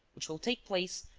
which will take place,